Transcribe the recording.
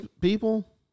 people